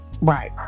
right